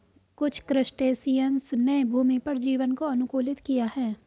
कुछ क्रस्टेशियंस ने भूमि पर जीवन को अनुकूलित किया है